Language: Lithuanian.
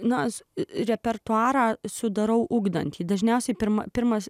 nors repertuarą sudarau ugdantį dažniausiai pirma pirmas